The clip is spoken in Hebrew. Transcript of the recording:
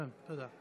תודה.